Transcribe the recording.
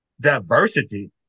diversity